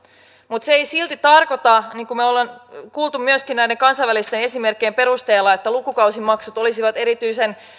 mutta se ei silti tarkoita niin kuin me olemme kuulleet myöskin näiden kansainvälisten esimerkkien perusteella että lukukausimaksut olisivat erityisen